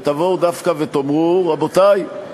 ותבואו דווקא ותאמרו: רבותי,